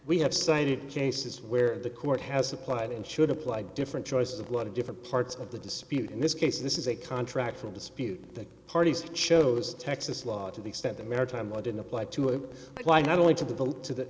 we have cited cases where the court has applied and should apply different choices of lot of different parts of the dispute in this case this is a contract for a dispute the parties chose texas law to the extent the maritime law didn't apply to it but why not only to the to the